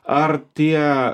ar tie